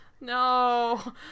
no